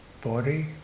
body